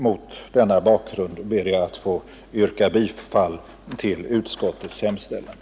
Mot denna bakgrund ber jag att få yrka bifall till utskottets hemställan.